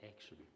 action